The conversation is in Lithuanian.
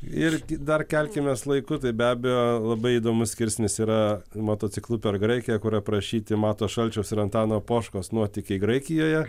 ir dar kelkimės laiku tai be abejo labai įdomus skirsnis yra motociklu per graikiją kur aprašyti mato šalčiaus ir antano poškos nuotykiai graikijoje